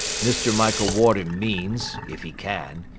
mr. michael warden means, if he can,